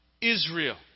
Israel